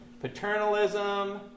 paternalism